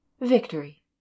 Victory